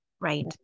Right